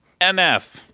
NF